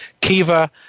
Kiva